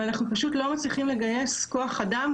ואנחנו פשוט לא מצליחים לגייס כוח אדם.